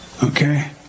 Okay